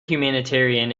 humanitarian